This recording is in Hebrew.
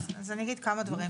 אני אגיד כמה דברים.